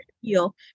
heal